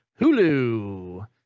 Hulu